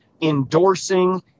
endorsing